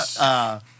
Yes